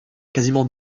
quasiment